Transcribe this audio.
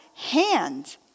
hand